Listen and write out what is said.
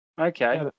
Okay